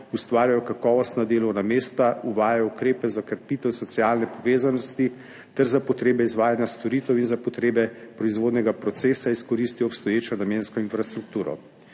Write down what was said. ustvarjajo kakovostna delovna mesta, uvajajo ukrepe za krepitev socialne povezanosti ter za potrebe izvajanja storitev in za potrebe proizvodnega procesa izkoristijo obstoječo namensko infrastrukturo.